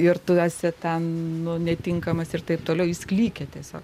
ir tu esi ten nu netinkamas ir taip toliau jis klykia tiesiog